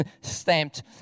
stamped